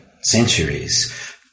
Centuries